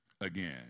again